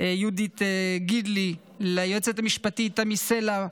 יהודית גידלי, ליועצת המשפטית תמי סלע,